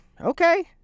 Okay